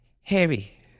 Harry